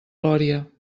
lòria